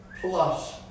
plus